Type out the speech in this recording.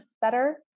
better